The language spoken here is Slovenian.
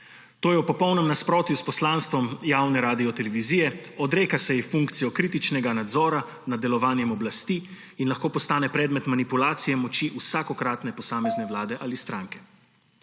To je v popolnem nasprotju s poslanstvom javne radiotelevizije, odreka se ji funkcijo kritičnega nadzora nad delovanjem oblasti in lahko postane predmet manipulacije moči vsakokratne posamezne vlade ali stranke.